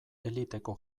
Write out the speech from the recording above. eliteko